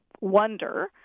wonder